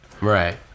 Right